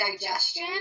digestion